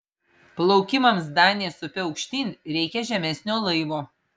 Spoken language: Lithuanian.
plaukimams danės upe aukštyn reikia žemesnio laivo